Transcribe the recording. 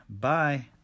Bye